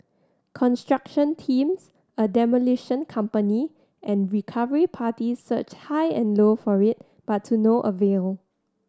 construction teams a demolition company and recovery parties searched high and low for it but to no avail